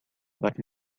but